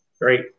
Great